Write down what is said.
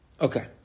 Okay